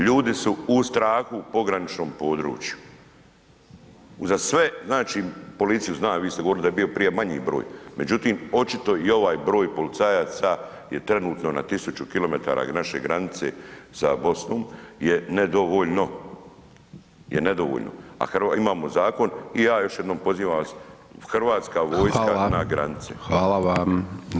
Ljudi su u strahu u pograničnom području, za sve znači policiju znam, vi ste govorili da je bio prije manji broj međutim očito i ovaj broj policajaca trenutno na 1000 km naše granice sa Bosnom je nedovoljno, je nedovoljno a imamo zakon i ja još jednom pozivam vas, hrvatska vojska na granice.